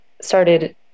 started